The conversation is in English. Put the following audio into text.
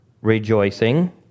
rejoicing